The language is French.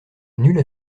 nulle